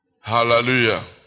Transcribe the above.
Hallelujah